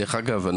דרך אגב,